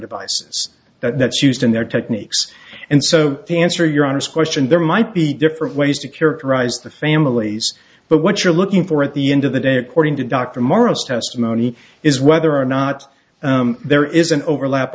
devices that's used in their techniques and so to answer your honest question there might be different ways to characterize the families but what you're looking for at the end of the day according to dr morris testimony is whether or not there is an overlap